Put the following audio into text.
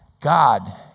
God